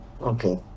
okay